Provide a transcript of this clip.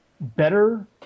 better